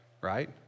right